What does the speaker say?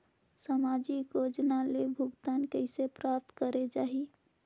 समाजिक योजना ले भुगतान कइसे प्राप्त करे जाहि?